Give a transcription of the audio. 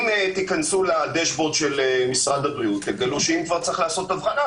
אם תיכנסו לדשבורד של משרד הבריאות תגלו שאם כבר צריך לעשות אבחנה,